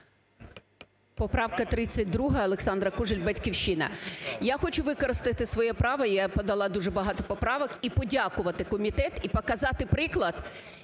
Поправка 32. Олександра Кужель, "Батьківщина". Я хочу використати своє право, я подала дуже багато поправок, і подякувати комітет, і показати приклад.